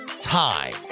time